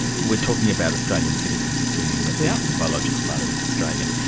we are talking about australian citizens, assuming that the biological father is australian,